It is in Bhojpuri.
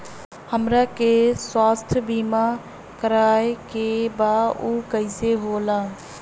हमरा के स्वास्थ्य बीमा कराए के बा उ कईसे होला?